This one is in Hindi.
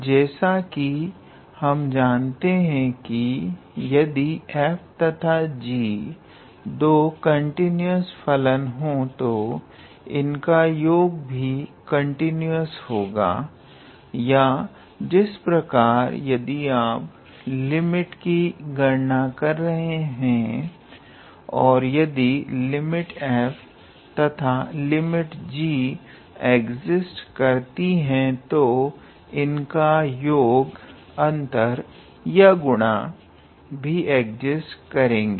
जैसा कि हम जानते हैं कि यदि f तथा g दो कंटीन्यूस फलन हो तो इनका योग भी कंटीन्यूस होगा या जिस प्रकार यदि आप लिमिट की गणना कर रहे हैं और यदि lim 𝑓 तथा lim 𝑔 एक्सिस्ट करती हैं तो इनका योग या अंतर या गुणा भी एक्सिस्ट करेगे